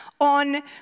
on